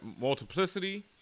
Multiplicity